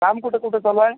काम कुठं कुठं चालू आहे